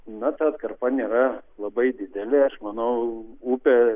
na ta atkarpa nėra labai didelė aš manau upė